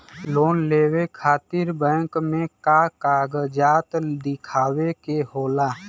Loan लेवे खातिर bank मे का कागजात दिखावे के होला?